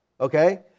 okay